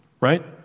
right